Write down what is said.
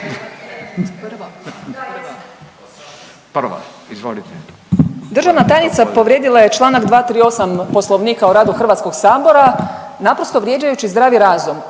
Državna tajnica povrijedila je čl. 238. poslovnika o radu HS-a naprosto vrijeđajući zdravi razum.